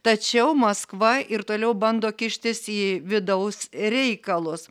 tačiau maskva ir toliau bando kištis į vidaus reikalus